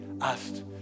asked